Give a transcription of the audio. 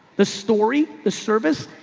the story, the service,